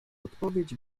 odpowiedź